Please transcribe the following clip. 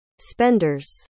spenders